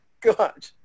God